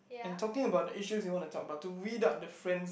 and talking about the issues you wanna talk about to read out the friends